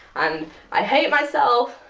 and i hate myself.